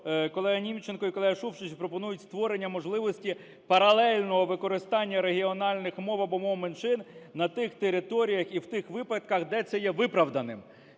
колега Німченко і колега Шуфрич пропонують створення можливості паралельного використання регіональних мов або мов меншин на тих територіях і в тих випадках, де це є виправданим.